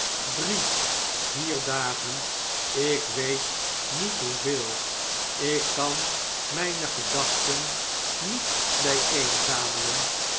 drie vier dagen ik weet niet hoeveel ikkan mijne gedachten niet